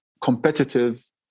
competitive